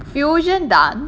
fusion dance